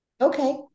Okay